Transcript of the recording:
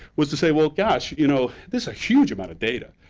was to say, well, gosh, you know, this a huge amount of data.